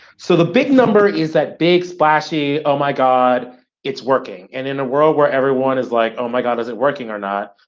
so the big number is that big splashy oh my god it's working, and in a world where everyone is like, oh my god, is it working or not,